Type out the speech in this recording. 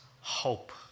hope